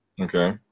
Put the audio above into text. Okay